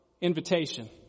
invitation